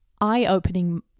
eye-opening